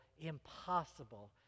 impossible